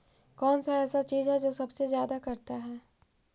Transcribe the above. कौन सा ऐसा चीज है जो सबसे ज्यादा करता है?